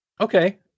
okay